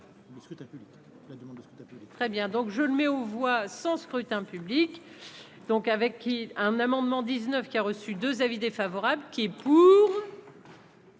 Très bien, donc je le mets aux voix sans scrutin public donc, avec qui un amendement 19 qui a reçu 2 avis défavorables qui est pour.